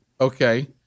Okay